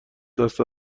دست